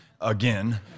again